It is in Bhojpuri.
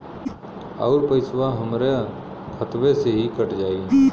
अउर पइसवा हमरा खतवे से ही कट जाई?